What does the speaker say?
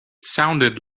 sounded